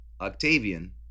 Octavian